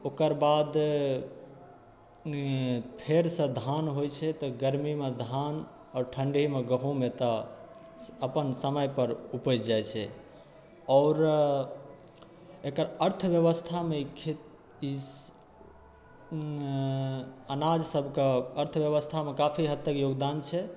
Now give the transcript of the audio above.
ओकर बाद फेरसँ धान होइत छै तऽ गर्मीमे धान आओर ठण्डीमे गहुँम एतऽ अपन समय पर उपजि जाइत छै आओर एकर अर्थव्यवस्थामे खे ई अनाज सब कऽ अर्थव्यवस्थामे काफी हद तक योगदान छै